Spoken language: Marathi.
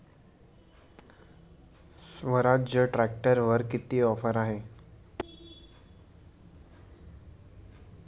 स्वराज्य ट्रॅक्टरवर ऑफर किती आहे?